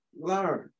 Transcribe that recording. learn